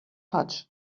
pouch